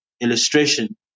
illustration